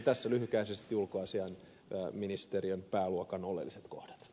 tässä lyhykäisesti ulkoasiainministeriön pääluokan oleelliset kohdat